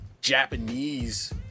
Japanese